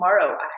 tomorrow